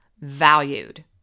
valued